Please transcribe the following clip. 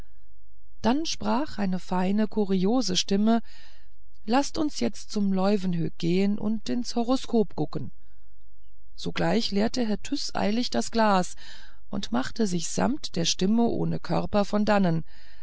dann sprach eine feine kuriose stimme laßt uns jetzt zum leuwenhoek gehen und ins horoskop gucken sogleich leerte herr tyß eiligst das glas und machte sich samt der stimme ohne körper von dannen